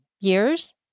years